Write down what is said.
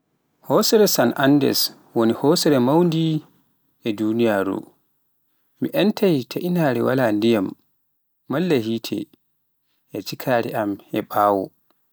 Hoosere San Andes woni hoorere maunde e duniyaaru, mi entai ta inaare wala ndiyam malla hite, e jikare am a ɓaawo.